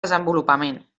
desenvolupament